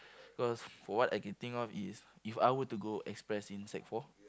cause for what I can think of is if I were to go express in sec four